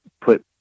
put